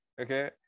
okay